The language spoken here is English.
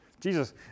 Jesus